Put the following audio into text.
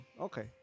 Okay